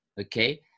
okay